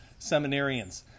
seminarians